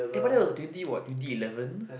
but that was like twenty what twenty eleven